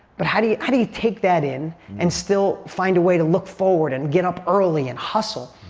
but how do you yeah do you take that in and still find a way to look forward and get up early and hustle?